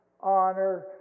honor